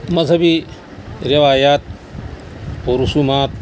مذہبی روایات و رسومات